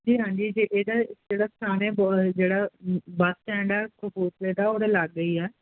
ਜੀ ਹਾਂਜੀ ਤੇ ਇਹਦਾ ਜਿਹੜਾ ਸਥਾਨ ਹ ਜਿਹੜਾ ਬੱਸ ਸਟੈਂਡ ਆ ਕਪੂਰਥਲੇ ਦਾ ਉਹਦੇ ਲਾਗੇ ਹੀ ਆ ਜਿੱਥੇ ਤੁਸੀਂ